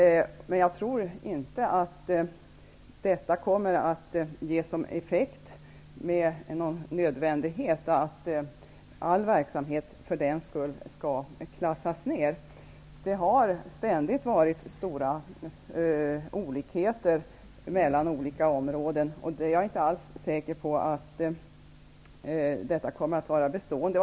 Jag tror inte att detta med någon nödvändighet kommer att ge som effekt att all verksamhet för den skull skall klassas ner. Det har ständigt varit stora olikheter mellan olika områden. Jag är inte alls säker på att detta kommer att bli bestående.